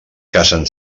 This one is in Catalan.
cacen